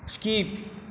skip